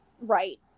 right